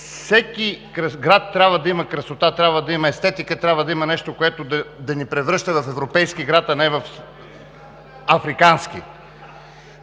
всеки град трябва да има красота, трябва да има естетика, трябва да има нещо, което да ни превръща в европейки град, а не в африкански.